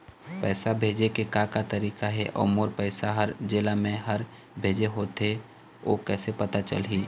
पैसा भेजे के का का तरीका हे अऊ मोर पैसा हर जेला मैं हर भेजे होथे ओ कैसे पता चलही?